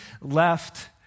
left